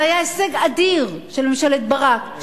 זה היה הישג אדיר של ממשלת ברק,